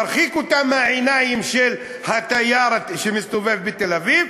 מרחיק אותם מהעיניים של התייר שמסתובב בתל-אביב,